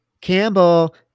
Campbell